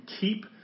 keep